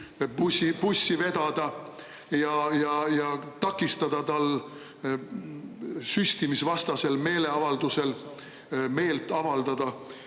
bussi vedada ja takistada tal süstimisvastasel meeleavaldusel meelt avaldada.